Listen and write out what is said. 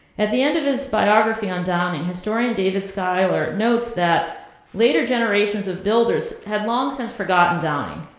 at the end of his biography on downing, historian david skyler notes that later generations of builders had long since forgotten downing,